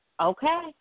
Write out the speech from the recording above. Okay